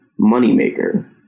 moneymaker